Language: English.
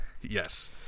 Yes